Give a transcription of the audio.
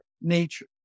nature